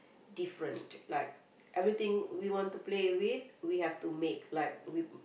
different like everything we want to play with we have to make like we